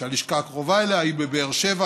שהלשכה הקרובה אליה היא בבאר שבע,